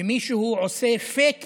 ומישהו עושה fake peace,